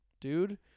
dude